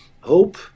hope